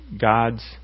God's